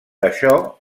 això